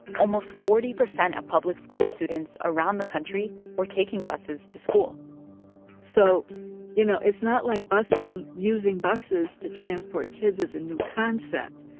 almost forty percent of public school students around the country were taking buses to school so you know, it's not like busing using buses to transport kids is a new concept.